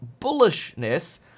bullishness